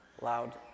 loud